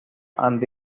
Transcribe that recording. andy